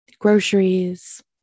groceries